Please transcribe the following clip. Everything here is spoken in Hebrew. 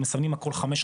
מסמנים הכל חמש,